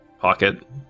pocket